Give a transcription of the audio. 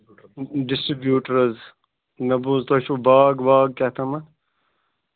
distributor حظ مےٚ بوٗز تۄہہِ چھُو باغ واغ کیٛاہتھامَتھ